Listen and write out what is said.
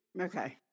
Okay